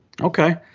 okay